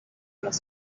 los